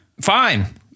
Fine